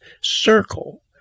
circle